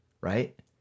Right